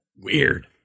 Weird